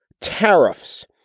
tariffs